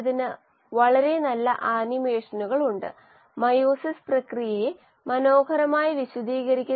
rxAxT kex വ്യക്തമായ നിർദ്ദിഷ്ട വളർച്ചാ നിരക്കും ഒരു പ്രത്യേക മെയിന്റനൻസ് നിരക്കും കണക്കിലെടുത്ത് സബ്സ്ട്രേറ്റ് ഉപഭോഗത്തിന്റെ നിരക്ക് എഴുതാം